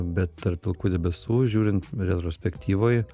bet tarp pilkų debesų žiūrint retrospektyvoj